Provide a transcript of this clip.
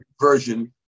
version